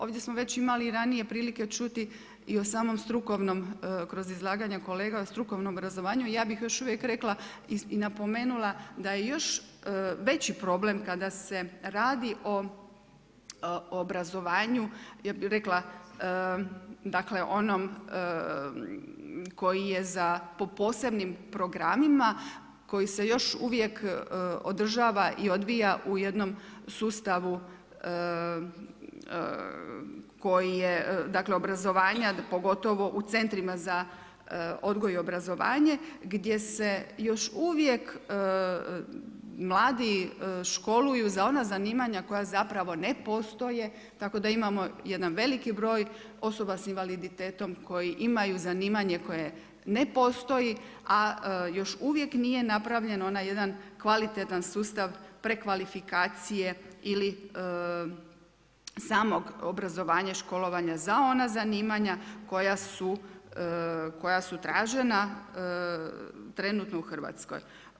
Ovdje smo već imali i ranije prilike čuti i o samom strukovnom kroz izlaganja kolega, o strukovnom obrazovanju, ja bi još uvijek rekla i napomenula, da je još veći problem kada se radi o obrazovanju, ja bi rekla onom koji je za po posebnim programima, koji se još uvijek održava i odvija u jednom sustavu obrazovanja pogotovo u centrima za odgoj i obrazovanje gdje se još uvijek mladi školuju za ona zanimanja koja zapravo ne postoje tako da imamo jedan veliki broj osoba s invaliditetom koji imaju zanimanje koje ne postoji a još uvijek nije napravljen onaj jedan kvalitetan sustav prekvalifikacije ili samog obrazovanja, školovanja za ona zanimanja koja su tražena trenutno u Hrvatskoj.